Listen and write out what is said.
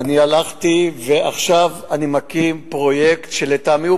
אני הלכתי ועכשיו אני מקים פרויקט שלטעמי הוא